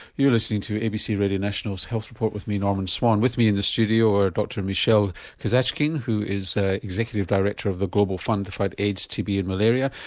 you're listening to abc radio national's health report with me norman swan. with me in the studio are dr michel kazatchkine who is executive director of the global fund to fight aids, tb and malaria.